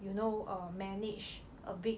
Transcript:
you know err manage a big